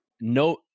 No